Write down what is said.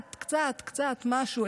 משהו,